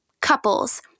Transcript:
couples